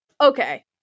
okay